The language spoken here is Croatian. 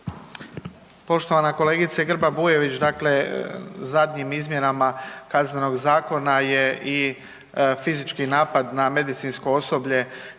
Poštovana kolegice Grba Bujević. Dakle, zadnjim izmjenama Kaznenog zakona je i fizički napad na medicinsko osoblje